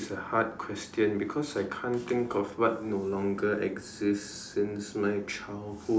hard question because I can't think of what no longer exist since my childhood